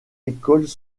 écoles